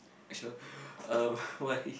she'll um why